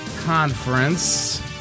conference